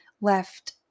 left